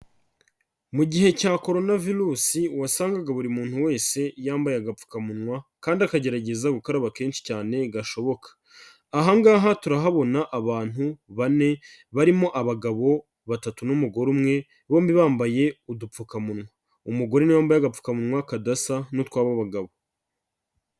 Mu gihe cya coronavirus wasangaga buri muntu wese yambaye agapfukamunwa kandi akagerageza gukaraba kenshi cyane gashoboka. Aha ngaha turahabona abantu bane barimo abagabo batatu n'umugore umwe, bombi bambaye udupfukamunwa. Umugore ni we wambaye agapfukamunwa kadasa n'utwo aba bagabo.